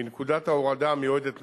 בנקודת ההורדה המיועדת לכך,